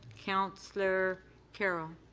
councillor carroll.